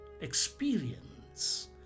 experience